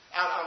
Out